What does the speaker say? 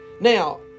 Now